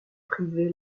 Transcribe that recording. privée